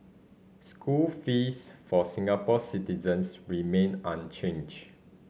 school fees for Singapore citizens remain unchanged